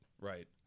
Right